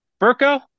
Burko